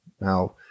Now